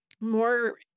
more